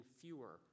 fewer